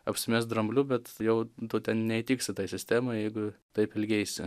apsimest drambliu bet jau tu ten neįtiksi tai sistemai jeigu taip elgeisi